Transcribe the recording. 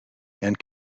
and